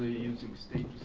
using state